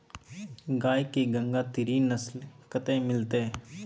गाय के गंगातीरी नस्ल कतय मिलतै?